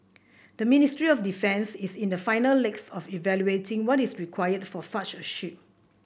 the Ministry of Defence is in the final legs of evaluating what is required for such a ship